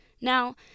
Now